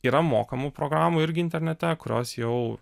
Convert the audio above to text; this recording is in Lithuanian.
yra mokamų programų irgi internete kurios jau